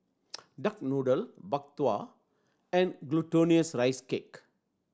duck noodle Bak Kwa and Glutinous Rice Cake